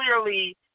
clearly